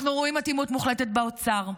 אנחנו רואים אטימות מוחלטת באוצר,